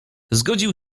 zgodził